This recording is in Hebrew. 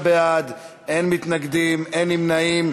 בעד, אין מתנגדים, אין נמנעים.